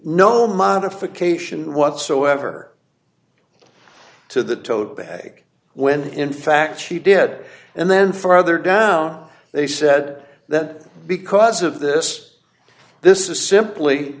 no modification whatsoever to the tote bag when in fact she did and then further down they said that because of this this is simply